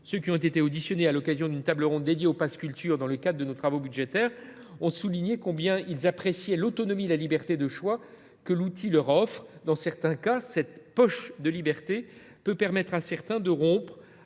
Ceux qui ont été auditionnés à l’occasion d’une table ronde dédiée au pass Culture dans le cadre de nos travaux budgétaires ont souligné combien ils appréciaient l’autonomie et la liberté de choix que ce dispositif leur offrait. Cette poche de liberté permet à certains d’entre